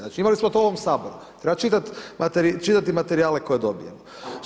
Znači imali smo to u ovom Saboru, treba čitati materijale koje dobijemo.